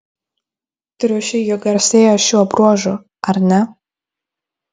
triušiai juk garsėja šiuo bruožu ar ne